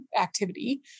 activity